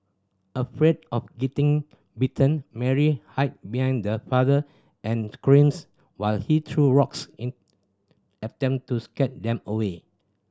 afraid of getting bitten Mary behind father and screams while he threw rocks in attempt to scare them away